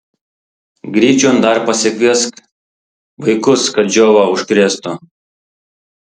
gryčion dar pasikviesk vaikus kad džiova užkrėstų